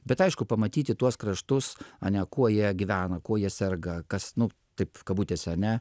bet aišku pamatyti tuos kraštus ane kuo jie gyvena kuo jie serga kas nu taip kabutėse ane